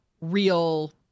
real